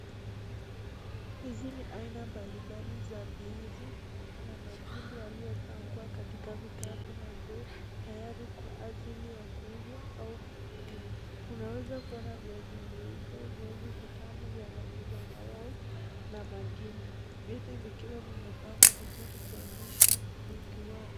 Hizi ni aina mbali mbali za viazi kuna magimbi yaliyopangwa katika vikapu na ndoo tayari kwa ajili ya kuuzwa au kutumiwa, unaweza kuona viazi vieupe, viazi vitamu vya rangi zambarau na magimbi ,viti vikiwa vimepangwa vizuri kuonyesha wingi wao.